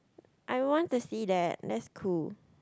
I want to see that that's cool